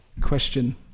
question